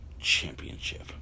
championship